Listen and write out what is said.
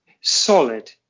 solid